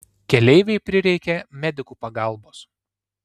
keleivei prireikė medikų pagalbos